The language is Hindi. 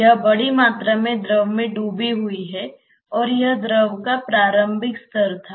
यह बड़ी मात्रा में द्रव में डूबी हुई है और यह द्रव का प्रारंभिक स्तर था